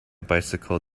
bicycle